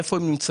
היכן הם נמצאים.